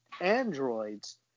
androids